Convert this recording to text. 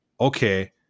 okay